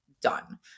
done